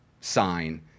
sign